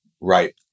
right